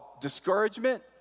discouragement